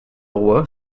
roi